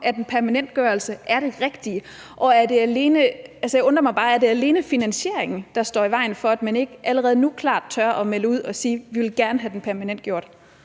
at en permanentgørelse er det rigtige? Altså, jeg undrer mig bare. Er det alene finansieringen, der står i vejen for, at man ikke allerede nu klart tør melde ud og sige: Vi vil gerne have ordningen permanentgjort?